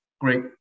great